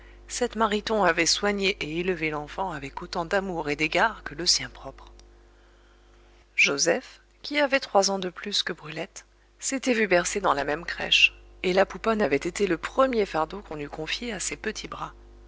cette mariton avait soigné et élevé l'enfant avec autant d'amour et d'égard que le sien propre joseph qui avait trois ans de plus que brulette s'était vu bercer dans la même crèche et la pouponne avait été le premier fardeau qu'on eût confié à ses petits bras